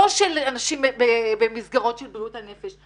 לא של אנשים במסגרות של בריאות הנפש.